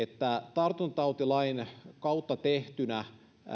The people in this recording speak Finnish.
tartuntatautilain kautta tehtynä